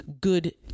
good